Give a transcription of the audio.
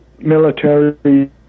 military